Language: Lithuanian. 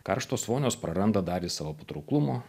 karštos vonios praranda dalį savo patrauklumo